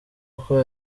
bw’uko